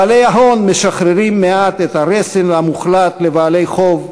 בעלי הון משחררים מעט את הרסן ומוחלים לבעלי חוב,